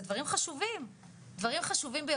אלה דברים חשובים ביותר,